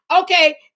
okay